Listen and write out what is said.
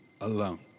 alone